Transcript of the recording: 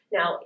Now